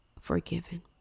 forgiven